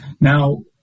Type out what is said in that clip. Now